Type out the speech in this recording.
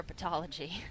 herpetology